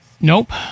nope